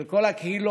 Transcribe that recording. של כל הקהילות,